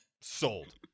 Sold